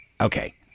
Okay